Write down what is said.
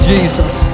Jesus